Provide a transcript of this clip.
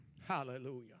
Hallelujah